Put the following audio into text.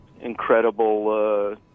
Incredible